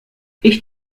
ich